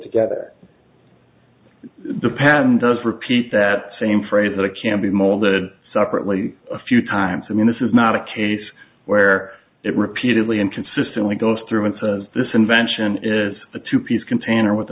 together the pattern does repeat that same phrase but it can be molded separately a few times i mean this is not a case where it repeatedly and consistently goes through and says this invention is a two piece container with